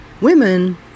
Women